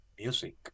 music